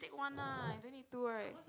take one lah you don't need two [right]